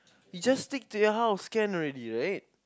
you just stick to your house can already right